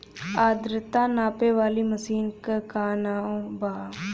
आद्रता नापे वाली मशीन क का नाव बा?